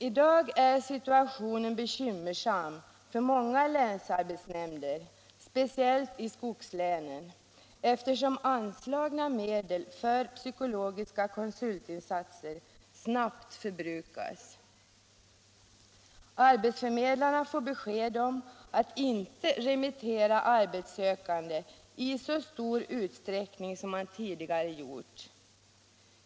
I dag är situationen bekymmersam för många länsarbetsnämnder, speciellt i skogslänen, eftersom anslagna medel för psykologiska konsultinsatser snabbt förbrukas. Arbetsförmedlarna får besked om att inte remittera arbetssökande i så stor utsträckning som man tidigare gjort.